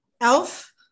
elf